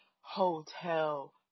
hotel